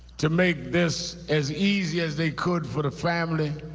to make this as easy as they could for the family.